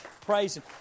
praising